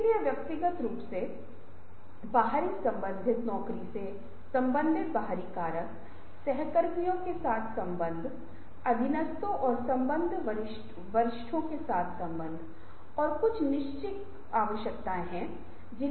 इसलिए कर्मचारियों को प्रोत्साहित करें और विविधता भिन्न सोच के महत्वपूर्ण महत्व पर जागरूकता बढ़ाएं और इसलिए वे विभिन्न विचारों के साथ आने के लिए अपने अनुभव और विशेषज्ञता का उपयोग कर सकते हैं